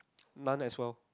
none as well